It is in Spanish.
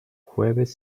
jueves